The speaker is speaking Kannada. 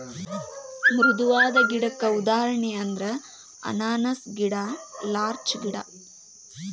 ಮೃದುವಾದ ಗಿಡಕ್ಕ ಉದಾಹರಣೆ ಅಂದ್ರ ಅನಾನಸ್ ಗಿಡಾ ಲಾರ್ಚ ಗಿಡಾ